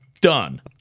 done